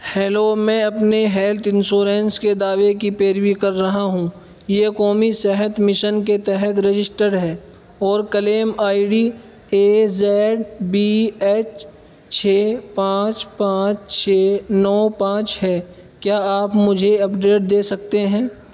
hello میں اپنے health insurance کے دعوے کی پیروی کر رہا ہوں یہ قومی صحت مشن کے تحت رجشٹر ہے اور claim I D A Z B H چھ پانچ پانچ چھ نو پانچ ہے کیا آپ مجھے اپڈیٹ دے سکتے ہیں